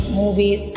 movies